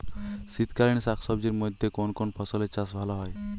শীতকালীন শাকসবজির মধ্যে কোন কোন ফসলের চাষ ভালো হয়?